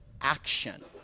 action